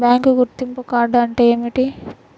Bank గుర్తింపు card అంటే ఏమిటి?